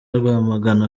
rwamagana